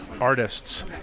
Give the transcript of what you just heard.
artists